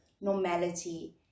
normality